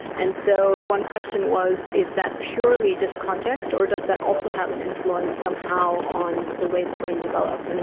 and so one question was is that purely just context or does that also have an influence somehow on the way the brain develops? um